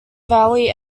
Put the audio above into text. valley